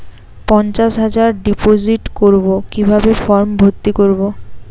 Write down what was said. পঞ্চাশ হাজার ডিপোজিট করবো কিভাবে ফর্ম ভর্তি করবো?